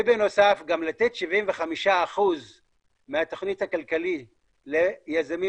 ובנוסף גם לתת 75% מהתוכנית הכלכלית ליזמים